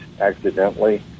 accidentally